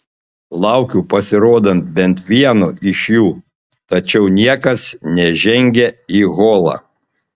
laukiu pasirodant bent vieno iš jų tačiau niekas nežengia į holą